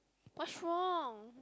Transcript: what's wrong